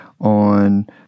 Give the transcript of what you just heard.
on